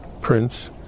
Prince